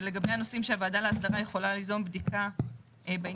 זה לגבי הנושאים שהוועדה לאסדרה יכולה ליזום בדיקה לגביהם.